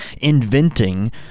inventing